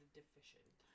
deficient